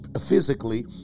physically